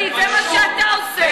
מה זה הסגנון הזה?